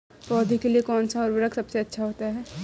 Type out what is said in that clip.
पौधों के लिए कौन सा उर्वरक सबसे अच्छा है?